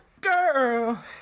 Girl